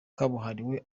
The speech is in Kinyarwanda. kabuhariwe